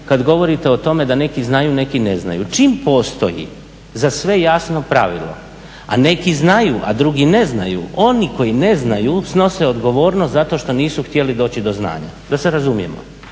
kad govorite o tome da neki znaju, neki ne znaju, čim postoji za sve jasno pravilo, a neki znaju, a drugi ne znaju, oni koji ne znaju snose odgovornost zato što nisu htjeli doći do znanja, da se razumijemo.